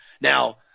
Now